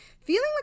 feeling